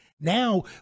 Now